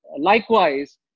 likewise